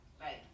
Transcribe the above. right